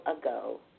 ago